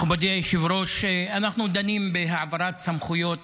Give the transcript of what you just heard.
מכובדי היושב-ראש, אנחנו דנים בהעברת סמכויות